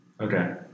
Okay